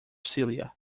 celia